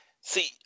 See